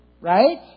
Right